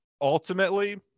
ultimately